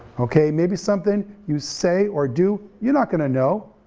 okay maybe something you say or do, you're not gonna know,